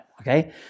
okay